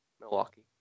Milwaukee